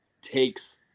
takes